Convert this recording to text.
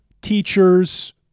teachers